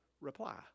Reply